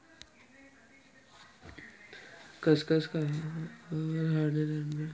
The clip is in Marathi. खसखस खावावर हाडे दणकट व्हतस